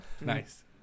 Nice